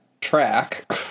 track